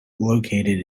located